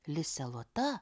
lisė lota